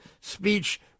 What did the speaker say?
speech